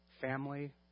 family